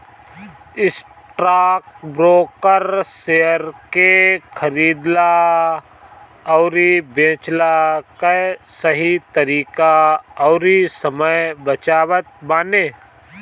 stockbroker share के खरीदला अउरी बेचला कअ सही तरीका अउरी समय बतावत बाने